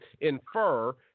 infer –